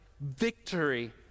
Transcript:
victory